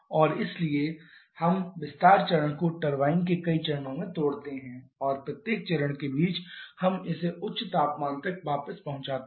और इसलिए हम विस्तार चरण को टरबाइन के कई चरणों में तोड़ते हैं और प्रत्येक चरण के बीच हम इसे उच्च तापमान तक वापस पहुंचाते हैं